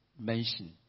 mention